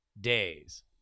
days